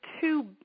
two